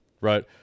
right